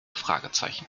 fragezeichen